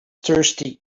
thirsty